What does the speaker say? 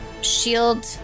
Shield